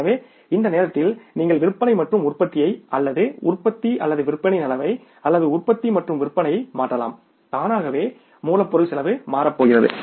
எனவே இந்த நேரத்தில் நீங்கள் விற்பனை மற்றும் உற்பத்தியை அல்லது உற்பத்தி அல்லது விற்பனையின் அளவை அல்லது உற்பத்தி மற்றும் விற்பனை மாற்றலாம் தானாகவே மூலப்பொருள் செலவு மாறப்போகிறது